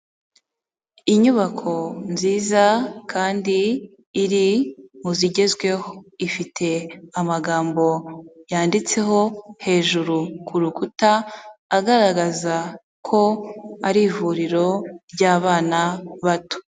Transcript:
Inyubako nziza kandi iri mu zigezweho, ifite amagambo yanditseho hejuru ku rukuta agaragaza ko ari ivuriro ry'abana bato.